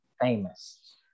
famous